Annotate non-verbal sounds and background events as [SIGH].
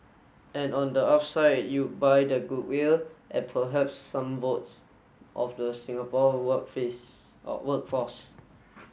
and on the upside you buy the goodwill and perhaps some votes of the Singapore work face [HESITATION] workforce